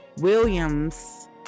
Williams